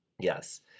Yes